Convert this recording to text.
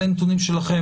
אלה נתונים שלכם,